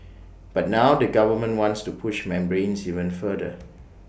but now the government wants to push membranes even further